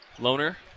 Loner